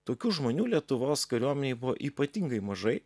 tokių žmonių lietuvos kariuomenėj buvo ypatingai mažai